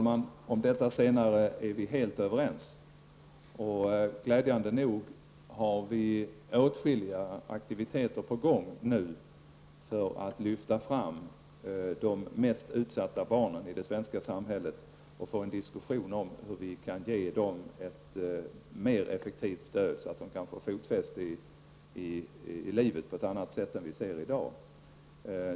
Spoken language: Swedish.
Herr talman! Vi är helt överens om detta. Vi har glädjande nog åtskilliga aktiviteter på gång nu för att lyfta fram de mest utsatta barnen i det svenska samhället och för att få en diskussion hur vi kan ge dem ett mer effektivt stöd, så att de kan få fotfäste i livet på ett bättre sätt än i dag.